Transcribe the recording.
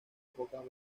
pocas